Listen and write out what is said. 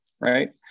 right